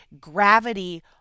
gravity